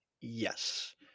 yes